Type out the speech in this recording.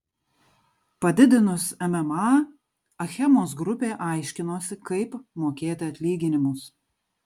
padidinus mma achemos grupė aiškinosi kaip mokėti atlyginimus